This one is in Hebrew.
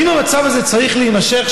האם המצב הזה צריך להימשך,